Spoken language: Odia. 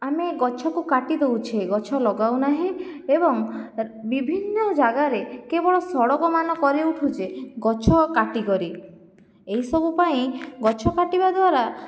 ଆମେ ଗଛକୁ କାଟି ଦେଉଛେ ଗଛ ଲଗାଉନାହେଁ ଏବଂ ବିଭିନ୍ନ ଜାଗାରେ କେବଳ ସଡ଼କମାନ କରି ଉଠୁଛେ ଗଛ କାଟିକରି ଏହିସବୁ ପାଇଁ ଗଛ କାଟିବା ଦ୍ଵାରା